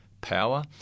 power